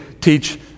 teach